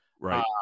right